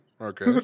Okay